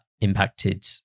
impacted